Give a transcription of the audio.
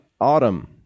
autumn